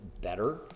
better